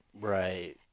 Right